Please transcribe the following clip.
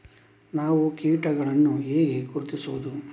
ನಾವು ಕೀಟಗಳನ್ನು ಹೇಗೆ ಗುರುತಿಸುವುದು?